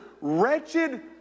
wretched